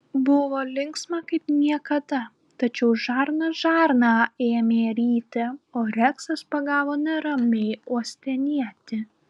buvo linksma kaip niekada tačiau žarna žarną ėmė ryti o reksas pagavo neramiai uostinėti